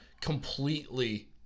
Completely